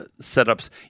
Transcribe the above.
setups